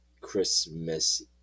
Christmas